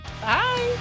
Bye